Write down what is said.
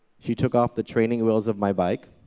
she took off the training wheels of my bike,